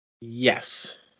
Yes